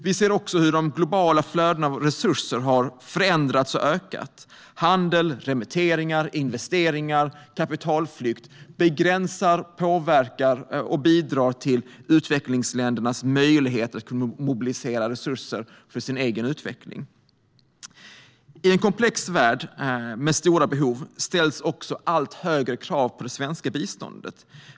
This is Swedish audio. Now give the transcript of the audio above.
Vi ser också hur de globala flödena av resurser har förändrats och ökat. Handel, remitteringar, investeringar och kapitalflykt begränsar, påverkar och bidrar till utvecklingsländernas möjligheter att mobilisera resurser för sin egen utveckling. I en komplex värld med stora behov ställs också allt högre krav på det svenska biståndet.